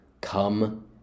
Come